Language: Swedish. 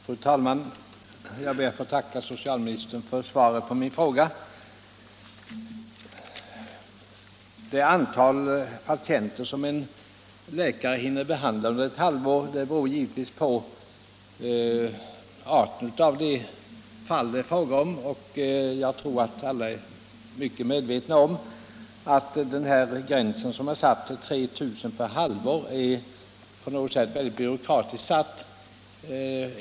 Fru talman! Jag ber att få tacka socialministern för svaret på min fråga. Det antal patienter en läkare hinner behandla under ett halvår beror givetvis på arten av de fall det är fråga om. Jag tror att alla är mycket medvetna om att den gräns som är satt till 3 000 besök per halvår på något sätt är väldigt byråkratisk.